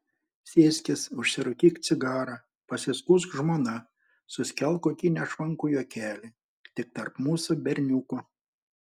sėskis užsirūkyk cigarą pasiskųsk žmona suskelk kokį nešvankų juokelį tik tarp mūsų berniukų